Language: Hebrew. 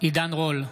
עידן רול,